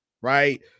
right